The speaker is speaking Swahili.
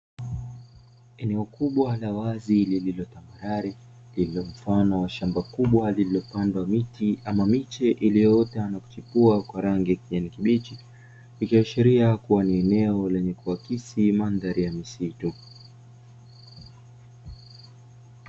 Eneo kubwa la wazi lililo tambarare, lililo mfano wa shamba kubwa lililopandwa miti ama miche iliyoota na kuchipua kwa rangi ya kijani kibichi, ikiashiria kuwa ni eneo lenye kuakisi mandhari ya misitu.